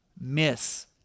miss